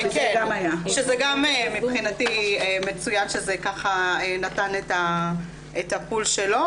שזה גם מבחינתי מצוין שזה ככה נתן את הפול שלו,